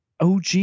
OG